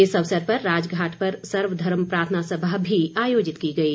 इस अवसर पर राजघाट पर सर्वधर्म प्रार्थना सभा भी आयोजित की गई